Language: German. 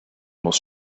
muss